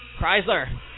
Chrysler